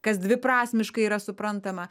kas dviprasmiškai yra suprantama